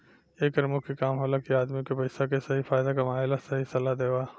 एकर मुख्य काम होला कि आदमी के पइसा के सही फायदा कमाए ला सही सलाह देवल